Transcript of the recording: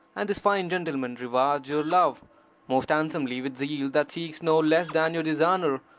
and this fine gentleman rewards your love most handsomely, with zeal that seeks no less than your dishonour,